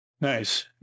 nice